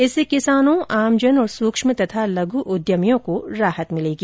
इससे किसानों आमजन तथा सूक्ष्म और लघु उद्यमियों को राहत मिलेगी